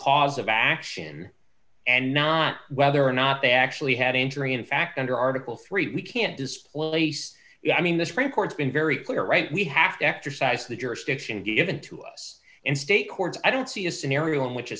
cause of action and not whether or not they actually had injury in fact under article three we can't displace i mean the supreme court's been very clear right we have to exercise the jurisdiction given to us in state courts i don't see a scenario in which